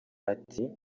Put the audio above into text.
ati